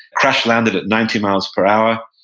crash landed at ninety miles per hour.